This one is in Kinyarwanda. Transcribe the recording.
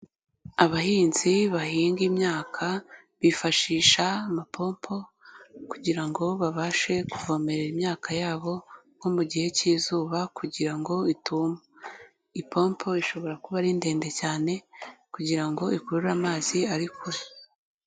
Abahinzi bahinga imyaka bifashisha mapompo kugira ngo babashe kuvomere imyaka yabo nko mu gihe cy'izuba kugira ngo ituma. Ipompo ishobora kuba ari ndende cyane kugira ngo ikurure amazi ari kure.